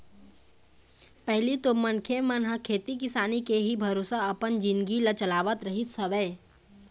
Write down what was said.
पहिली तो मनखे मन ह खेती किसानी के ही भरोसा अपन जिनगी ल चलावत रहिस हवय